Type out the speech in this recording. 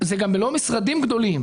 אלה גם לא משרדים גדולים,